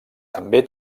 també